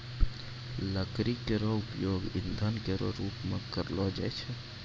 लकड़ी केरो उपयोग ईंधन केरो रूप मे करलो जाय छै